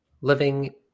living